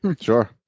Sure